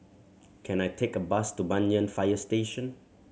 can I take a bus to Banyan Fire Station